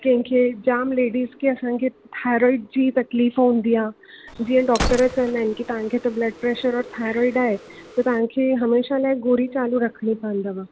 कंहिंखे जाम लेडिस के असांखे थायरॉइड जी तक़लीफ़ हूंदी आहे जीअं डॉक्टर चवंदा आहिनि की तव्हांखे त ब्लड प्रैशर और थायरॉइड आहे त तव्हांखे हमेशह लाइ गोरी चालू रखिणी पवंदव